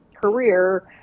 career